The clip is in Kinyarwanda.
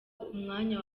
umwanya